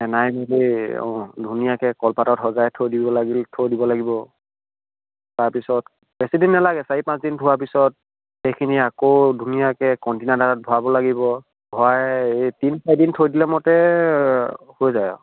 সানি মেলি অঁ ধুনীয়াকৈ কলপাতত সজাই থৈ দিব লাগিল থৈ দিব লাগিব তাৰপিছত বেছিদিন নালাগে চাৰি পাঁচদিন থোৱাৰ পিছত সেইখিনি আকৌ ধুনীয়াকৈ কণ্টেইনাৰত ভৰাব লাগিব ভৰাই এই তিনি চাৰিদিন থৈ দিলে মতে হৈ যায় আৰু